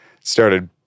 Started